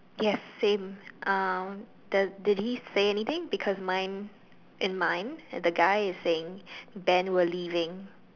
yes same uh does did he say anything because mine in mine the guy is saying Ben we're leaving